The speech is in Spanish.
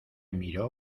miró